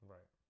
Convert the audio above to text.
Right